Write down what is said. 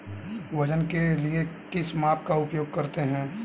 वजन के लिए किस माप का उपयोग करते हैं?